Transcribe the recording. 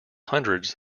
hundreds